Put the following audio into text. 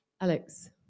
Alex